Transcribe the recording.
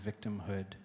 victimhood